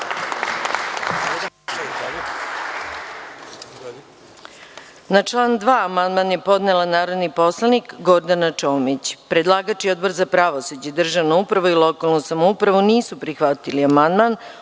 Na član 2. amandman je podnela narodni poslanik Gordana Čomić. Predlagač i Odbor za pravosuđe, državnu upravu i lokalnu samoupravu nisu prihvatili